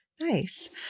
nice